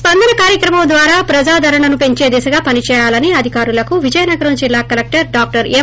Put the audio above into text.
స్పందన కార్యక్రమం ద్వారా ప్రజాదరణను పెంచే దిశగా పనిచేయాలని అధికారులకు విజయనగరం జిల్లా కలెక్టర్ డా ఎం